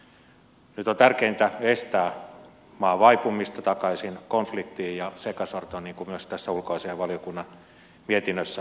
nyt on tärkeintä estää maan vaipumista takaisin konfliktiin ja sekasortoon niin kuin myös tässä ulkoasiainvaliokunnan mietinnössä todetaan